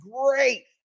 great